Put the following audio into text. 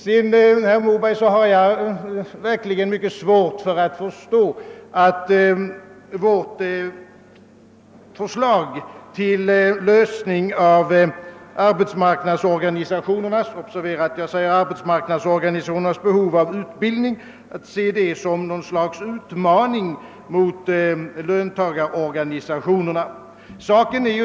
Jag har, herr Moberg, verkligen mycket svårt att se vårt förslag till lösning av arbetsmarknadsorganisationernas behov av utbildning som något slags utmaning mot löntagarorganisationerna.